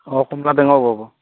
অঁ কমলা টেঙাও পাব